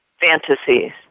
fantasies